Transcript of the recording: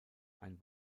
ein